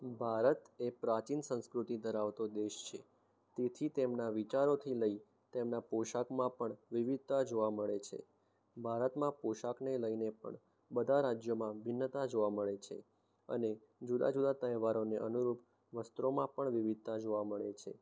ભારત એ પ્રાચીન સંસ્કૃતિ ધરાવતો દેશ છે તેથી તેમના વિચારોથી લઈ તેમના પોશાકમાં પણ વિવિધતા જોવા મળે છે ભારતમાં પોશાકને લઈને પણ બધા રાજ્યોમાં ભિન્નતા જોવા મળે છે અને જુદા જુદા તહેવારોને અનુરૂપ વસ્ત્રોમાં પણ વિવિધતા જોવા મળે છે